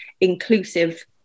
inclusive